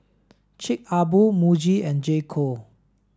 Chic a Boo Muji and J co